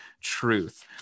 truth